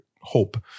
hope